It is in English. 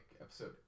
episode